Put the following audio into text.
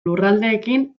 lurraldeekin